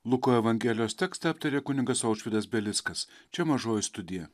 luko evangelijos tekstą aptarė kunigas aušvydas belickas čia mažoji studija